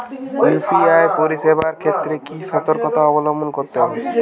UPI পরিসেবার ক্ষেত্রে কি সতর্কতা অবলম্বন করতে হবে?